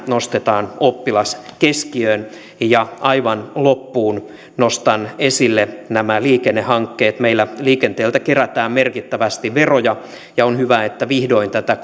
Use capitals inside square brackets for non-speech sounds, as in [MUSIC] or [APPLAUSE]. nostetaan oppilas keskiöön aivan lopuksi nostan esille nämä liikennehankkeet meillä liikenteeltä kerätään merkittävästi veroja ja on hyvä että vihdoin tätä [UNINTELLIGIBLE]